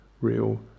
real